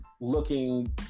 looking